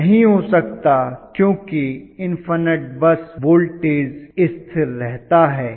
यह नहीं हो सकता है क्योंकि इन्फनट बस वोल्टेज स्थिर रहता है